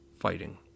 fighting